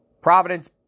Providence